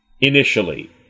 initially